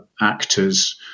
actors